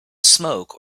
smoke